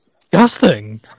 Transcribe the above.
Disgusting